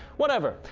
whatever,